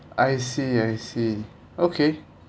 I see I see okay